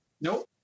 Nope